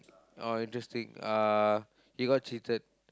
oh interesting uh he got cheated